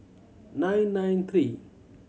nine nine three